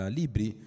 libri